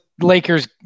Lakers